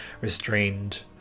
restrained